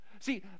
See